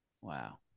Wow